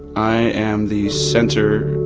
i am the centre.